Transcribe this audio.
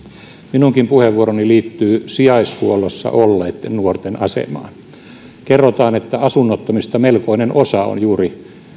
minunkin puheenvuoroni liittyy sijaishuollossa olleitten nuorten asemaan kerrotaan että asunnottomista melkoinen osa on juuri